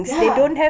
ya